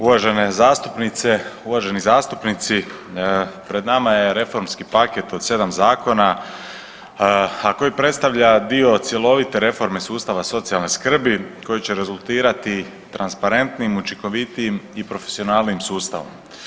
Uvažene zastupnice, uvaženi zastupnici pred nama je reformski paket od 7 zakona a koji predstavlja dio cjelovite reforme sustava socijalne skrbi koji će rezultirati transparentnim, učinkovitijim i profesionalnijim sustavom.